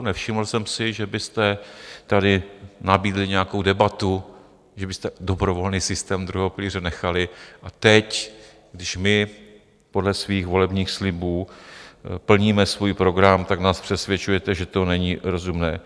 Nevšiml jsem si, že byste tady nabídli nějakou debatu, že byste dobrovolný systém druhého pilíře nechali, a teď, když my podle svých volebních slibů plníme svůj program, tak nás přesvědčujete, že to není rozumné.